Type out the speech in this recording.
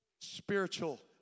spiritual